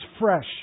fresh